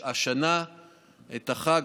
שהשנה את החג,